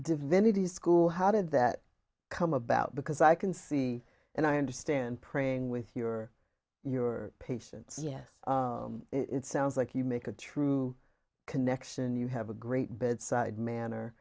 divinity school how did that come about because i can see and i understand praying with your your patients yes it sounds like you make a true connection you have a great bedside manner